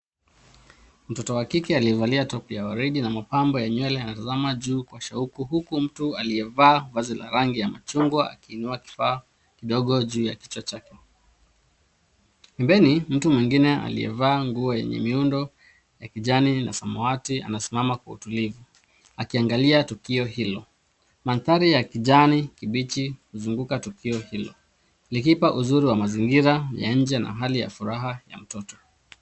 Mtoto wa kike aliyevalia topu ya waridi na mapambo ya nywele anatazama juu kwa shauku huku mtu aliyevaa vazi la chungwa akiinua kifaa kidogo juu ya kichwa chake. Pembeni mtu mwingine aliyevaa nguo enye miundo ya kijani na samawati anasimama kwa utulivu akiangalia tukio hilo. Mandhari ya kijani kibichi zunguka tukio hilo likipaa uzuri wa mazingira ya nje na hali ya furaha ya mtoto.